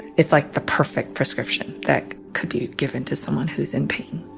it's, like, the perfect prescription that could be given to someone who's in pain